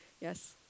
yes